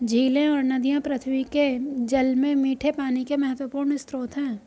झीलें और नदियाँ पृथ्वी के जल में मीठे पानी के महत्वपूर्ण स्रोत हैं